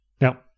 Now